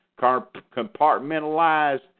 compartmentalized